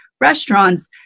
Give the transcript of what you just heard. restaurants